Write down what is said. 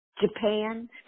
Japan